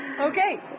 Okay